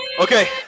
okay